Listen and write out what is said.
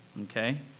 Okay